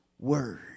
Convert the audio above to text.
word